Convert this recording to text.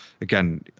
again